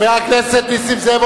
חבר הכנסת נסים זאב,